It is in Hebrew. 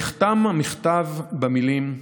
נחתם המכתב במילים: